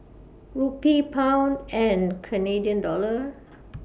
Rupee Pound and Canadian Dollar